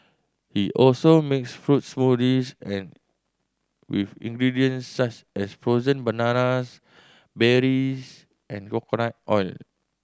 he also makes fruit smoothies and with ingredients such as frozen bananas berries and coconut oil